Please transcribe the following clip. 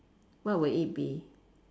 what would it be